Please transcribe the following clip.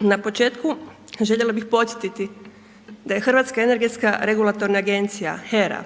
Na početku, željela bi podsjetiti da je Hrvatska energetska regulatorna agencija HERA,